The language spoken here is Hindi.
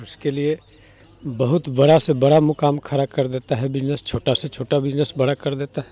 और उसके लिए बहुत बड़ा से बड़ा मुकाम खड़ा कर देता है बिजनेस छोटा से छोटा बिजनेस बड़ा कर देता है